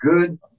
good